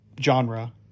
genre